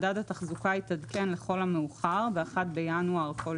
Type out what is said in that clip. מדד התחזוקה יתעדכן לכל המאוחר ב־1 בינואר בכל